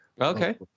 Okay